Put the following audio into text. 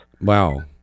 Wow